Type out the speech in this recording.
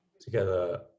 together